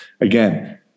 again